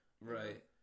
Right